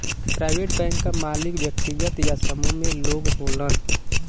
private bank क मालिक व्यक्तिगत या समूह में लोग होलन